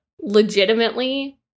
legitimately